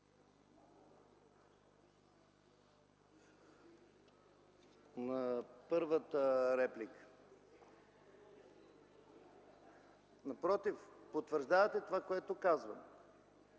На първата реплика: напротив, потвърждавате това, което казвам.